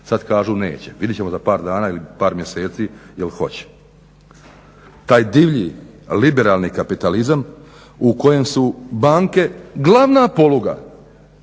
Sad kažu neće, vidjet ćemo za par dana ili par mjeseci jel hoće. Taj divlji, liberalni kapitalizam u kojem su banke glavna poluga